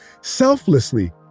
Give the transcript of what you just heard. selflessly